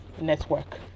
network